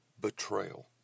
betrayal